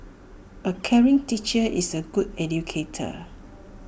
A caring teacher is A good educator